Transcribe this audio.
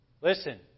Listen